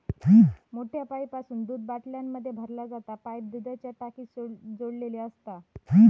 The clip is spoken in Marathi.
मोठ्या पाईपासून दूध बाटल्यांमध्ये भरला जाता पाईप दुधाच्या टाकीक जोडलेलो असता